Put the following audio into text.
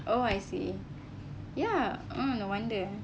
oh I see ya oh no wonder